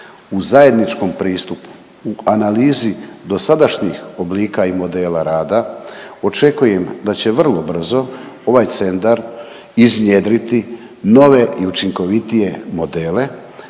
u zajedničkom pristupu u analizi dosadašnjih oblika i modela rada očekujem da će vrlo brzo ovaj centar iznjedriti nove i učinkovitije modele